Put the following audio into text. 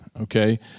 Okay